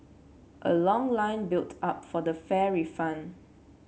a long line built up for the fare refund